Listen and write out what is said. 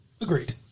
Agreed